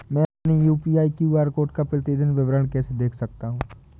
मैं अपनी UPI QR code का प्रतीदीन विवरण कैसे देख सकता हूँ?